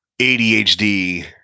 ADHD